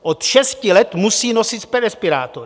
Od šesti let musí nosit respirátory.